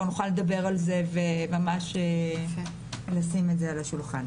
נוכל לדבר על זה ולשים את זה על השולחן.